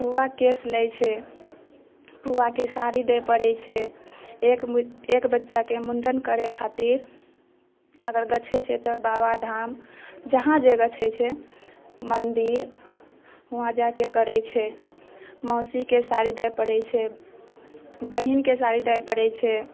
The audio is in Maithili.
फूआ केश लै छै फूआके साड़ी दै पड़ै छै एक बऽ एक बच्चाके मुण्डन करै खातिर अगर गछै छै तऽ बाबाधाम जहाँ जे गछै छै मन्दिर हुआ जाइके करै छै मौसीके साड़ी दै पड़ै छै बहिनके साड़ी दै पड़ै छै